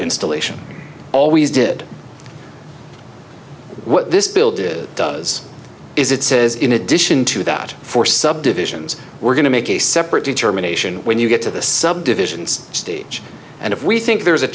installation always did what this bill did does is it says in addition to that for subdivisions we're going to make a separate determination when you get to the subdivisions stage and if we think there's a